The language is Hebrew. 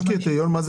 יש קריטריון מה זה